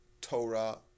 Torah